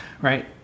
Right